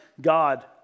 God